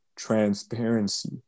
transparency